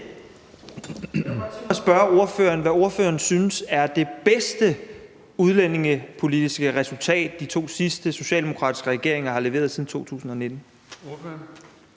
mig at spørge ordføreren, hvad ordføreren synes er det bedste udlændingepolitiske resultat, som de to seneste socialdemokratiske regeringer har leveret siden 2019.